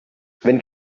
wenn